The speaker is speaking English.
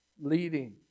leading